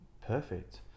perfect